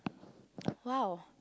!wow!